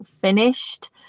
finished